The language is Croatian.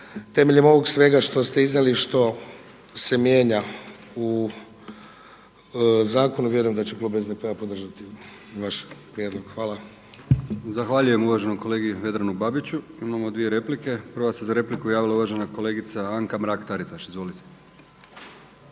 Temeljem ovog svega što ste iznijeli i što se mijenja u zakonu vjerujem da će klub SDP-a podržati vaš prijedlog. Hvala. **Brkić, Milijan (HDZ)** Zahvaljujem uvaženom kolegi Vedranu Babiću. Imamo dvije replike. Prva se za repliku javila uvažena kolegica Anka Mrak Taritaš. Izvolite.